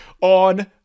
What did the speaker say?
on